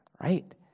right